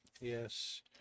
Yes